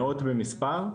מאות במספר,